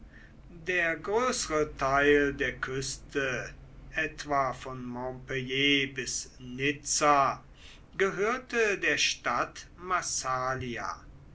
der größere teil der küste etwa von montpellier bis nizza gehörte der stadt massalia